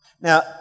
Now